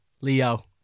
Leo